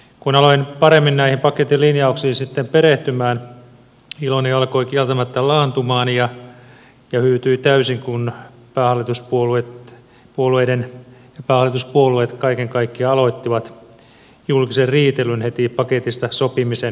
kun aloin paremmin näihin paketin linjauksiin sitten perehtymään iloni alkoi kieltämättä laantumaan ja hyytyi täysin kun päähallituspuolueet kaiken kaikkiaan aloittivat julkisen riitelyn heti paketista sopimisen jälkeen